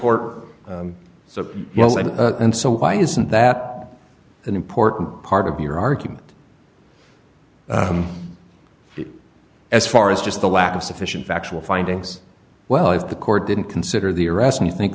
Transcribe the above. and and so why isn't that an important part of your argument as far as just the lack of sufficient factual findings well if the court didn't consider the arrest me think